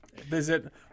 Visit